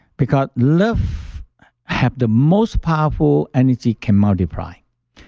because love have the most powerful energy can multiply.